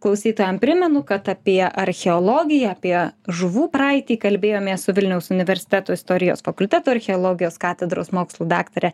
klausytojam primenu kad apie archeologiją apie žuvų praeitį kalbėjomės su vilniaus universiteto istorijos fakulteto archeologijos katedros mokslų daktare